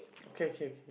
okay okay okay